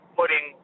putting